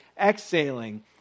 exhaling